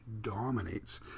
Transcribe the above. dominates